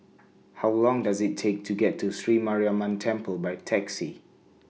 How Long Does IT Take to get to Sri Mariamman Temple By Taxi